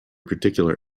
particular